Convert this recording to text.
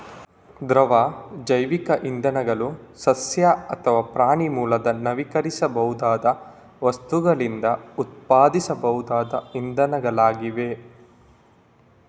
ದ್ರವ ಜೈವಿಕ ಇಂಧನಗಳು ಸಸ್ಯ ಅಥವಾ ಪ್ರಾಣಿ ಮೂಲದ ನವೀಕರಿಸಬಹುದಾದ ವಸ್ತುಗಳಿಂದ ಉತ್ಪಾದಿಸಬಹುದಾದ ಇಂಧನಗಳಾಗಿವೆ